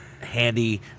handy